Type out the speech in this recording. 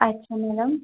अच्छा मैडम